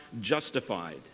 justified